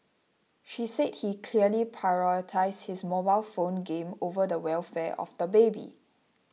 she said he clearly prioritised his mobile phone game over the welfare of the baby